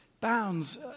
bounds